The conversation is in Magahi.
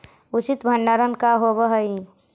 उचित भंडारण का होव हइ?